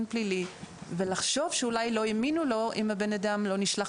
פלילי ולחשוב שאולי לא האמינו לו אם הבן אדם לא נשלח